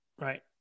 right